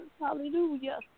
Hallelujah